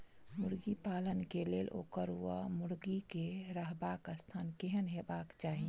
मुर्गी पालन केँ लेल ओकर वा मुर्गी केँ रहबाक स्थान केहन हेबाक चाहि?